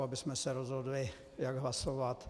Abychom se rozhodli, jak hlasovat.